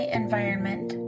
environment